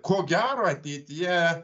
ko gero ateityje